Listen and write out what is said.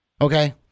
Okay